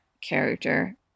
character